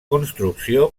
construcció